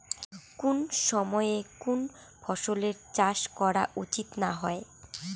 কুন সময়ে কুন ফসলের চাষ করা উচিৎ না হয়?